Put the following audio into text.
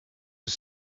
his